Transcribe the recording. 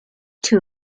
two